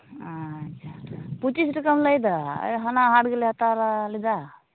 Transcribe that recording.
ᱟᱪᱪᱷᱟ ᱯᱚᱸᱪᱤᱥ ᱴᱟᱠᱟᱢ ᱞᱟᱹᱭ ᱮᱫᱟ ᱟᱞᱮ ᱦᱟᱱᱟ ᱦᱟᱴ ᱜᱮᱞᱮ ᱦᱟᱛᱟᱣ ᱞᱮᱫᱟ